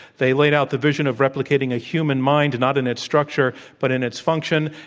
they laid out the vision of replicating a human mind, not in its structure, but in its function.